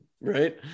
right